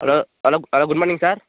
hello hello hello good morning sir